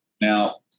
Now